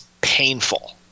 painful